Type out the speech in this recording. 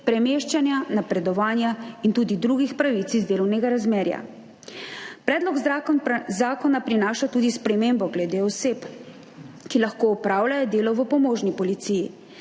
premeščanja, napredovanja in tudi drugih pravic iz delovnega razmerja. Predlog zakona prinaša tudi spremembo glede oseb, ki lahko opravljajo delo v pomožni policiji.